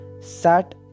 sat